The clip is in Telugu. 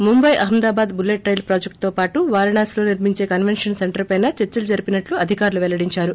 ముంబై అహ్మదాబాద్ బుల్లెట్ రైల్ ప్రాజెక్టుతో పాటు వారణాసిలో నిర్మించే కన్నెన్షన్ సెంటర్పైనా చర్చలు జరిపినట్లు అధికారులు వెల్లడిందారు